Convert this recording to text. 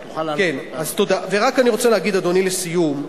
אני רוצה להגיד, אדוני, לסיום,